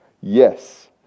yes